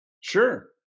Sure